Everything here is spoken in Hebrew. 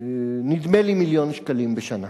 נדמה לי מיליון שקלים בשנה.